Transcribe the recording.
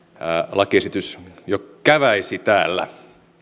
lakiesitys jo käväisi täällä